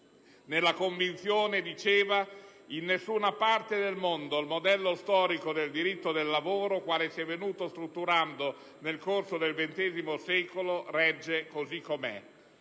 nella convinzione, diceva, che «in nessuna parte del mondo il modello storico del diritto del lavoro, quale si è venuto strutturando nel corso del XX secolo, regge così com'è».